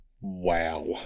Wow